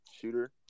shooter